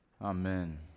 Amen